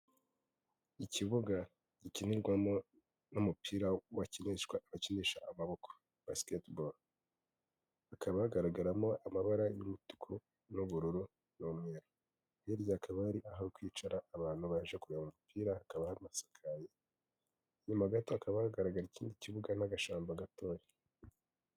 Ikibuga gikinirwamo n'umupira wakinishwa abakinisha amaboko basiketi bolo hakaba hagaragaramo amabara y'umutuku n'ubururu n'umweru, hirya akaba ari aho kwicara abantu baje kureba umupira hakaba hanasakaye, inyuma gato hakaba hagaraga ikindi kibuga n'agashamba gatoya.